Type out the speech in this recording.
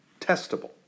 testable